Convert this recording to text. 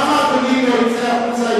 למה אדוני לא יצא החוצה,